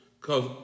cause